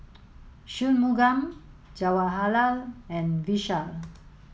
Shunmugam Jawaharlal and Vishal